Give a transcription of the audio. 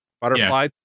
butterfly